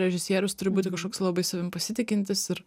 režisierius turi būti kažkoks labai savim pasitikintis ir